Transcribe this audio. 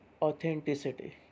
Authenticity